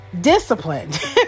disciplined